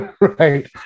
right